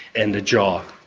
and the jaw.